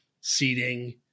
seating